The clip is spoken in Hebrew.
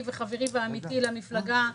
שמכיל את הוראות הסודיות מבחינת מס הכנסה.